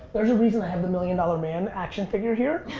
there's a reason i have the million dollar man action figure here.